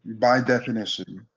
by definition,